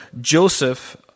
Joseph